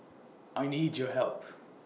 I need your help